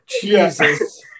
Jesus